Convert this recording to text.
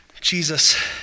Jesus